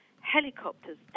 helicopters